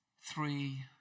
Three